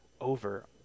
over